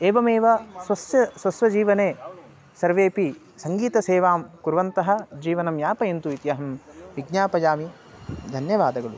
एवमेव स्वस्य स्वस्वजीवने सर्वेपि सङ्गीतसेवां कुर्वन्तः जीवनं यापयन्तु इति अहं विज्ञापयामि धन्यवादः